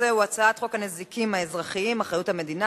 הצעת חוק הנזיקים האזרחיים (אחריות המדינה)